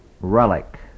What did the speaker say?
relic